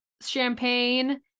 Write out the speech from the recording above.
champagne